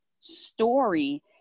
story